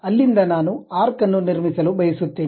ಅಲ್ಲಿಂದ ನಾನು ಆರ್ಕ್ ಅನ್ನು ನಿರ್ಮಿಸಲು ಬಯಸುತ್ತೇನೆ